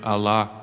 Allah